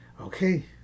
Okay